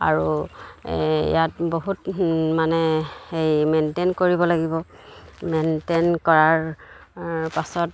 আৰু ইয়াত বহুত মানে হেৰি মেইনটেইন কৰিব লাগিব মেইনটেইন কৰাৰ পাছত